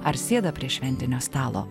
ar sėda prie šventinio stalo